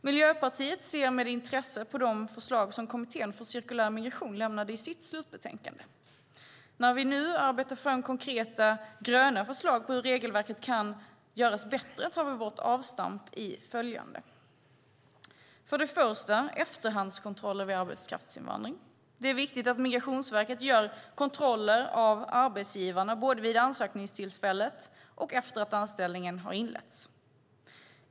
Miljöpartiet ser med intresse på de förslag som Kommittén för cirkulär migration lämnade i sitt slutbetänkande. När vi nu arbetar fram konkreta gröna förslag till hur regelverket kan göras bättre tar vi vårt avstamp i följande: Först har vi efterhandskontroller vid arbetskraftsinvandring. Det är viktigt att Migrationsverket gör kontroller av arbetsgivarna, både vid ansökningstillfället och efter det att anställningen har inletts.